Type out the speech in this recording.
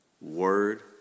Word